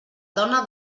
dona